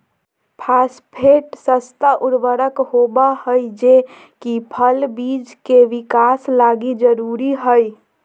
phosphate सस्ता उर्वरक होबा हइ जे कि फल बिज के विकास लगी जरूरी हइ